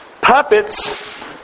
puppets